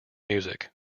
music